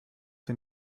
den